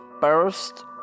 first